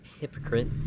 hypocrite